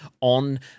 on